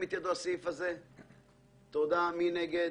מי נגד?